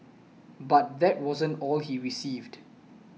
but that wasn't all he received